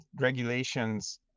regulations